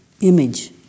image